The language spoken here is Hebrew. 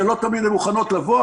שלא תמיד הן מוכנות לבוא,